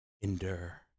Endure